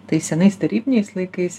tais senais tarybiniais laikais